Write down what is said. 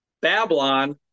Babylon